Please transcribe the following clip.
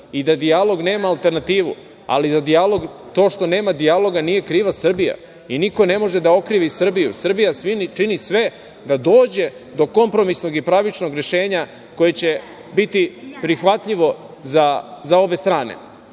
i da dijalog nema alternativu, ali za to što nema dijaloga nije kriva Srbija i niko ne može da okrivi Srbiju. Srbija čini sve da dođe do kompromisnog i pravičnog rešenja koje će biti prihvatljivo za obe strane.I